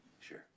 Sure